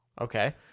Okay